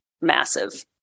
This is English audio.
massive